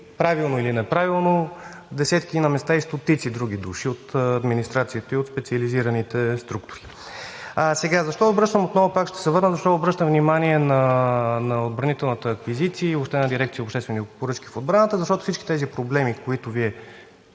правилно или неправилно, десетки, а на места стотици други души от администрацията и от специализираните структури. Защо сега отново обръщам внимание на отбранителната аквизиция и въобще на Дирекция „Обществени поръчки в отбраната“, защото всички тези проблеми, които Вие